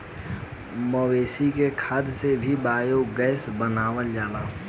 मवेशी के खाद से भी बायोगैस बनावल जाला